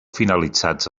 finalitzats